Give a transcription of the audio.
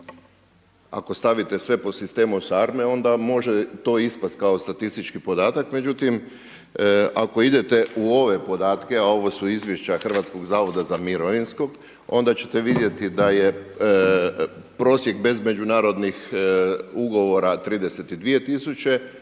Ako stavite sve po sistemu sarme, onda može to ispasti kao statistički podatak, međutim, ako idete u ove podatke, a ovu su izvješća HZMO-a onda ćete vidjeti da je prosjek bez međunarodnih Ugovora 32